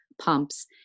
Pumps